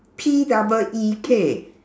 P double E K